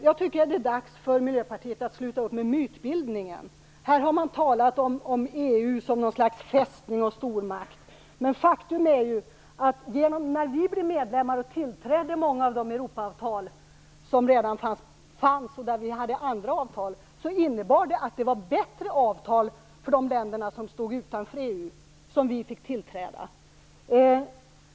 Jag tycker att det är dags för Miljöpartiet att sluta upp med mytbildningen. Här har man talat om EU som något slags fästning och stormakt, men faktum är ju att när vi blev medlemmar och anslöt oss till många av de Europaavtal som redan fanns, där vi hade andra avtal, innebar det att det var bättre avtal för de länder som stod utanför EU.